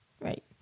right